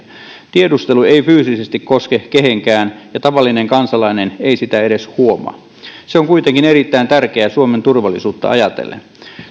tiedustelu ei fyysisesti koske kehenkään ja tavallinen kansalainen ei sitä edes huomaa se on kuitenkin erittäin tärkeää suomen turvallisuutta ajatellen